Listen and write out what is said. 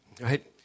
right